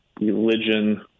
Religion